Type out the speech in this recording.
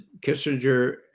kissinger